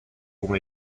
como